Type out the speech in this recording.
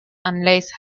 unless